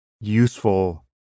useful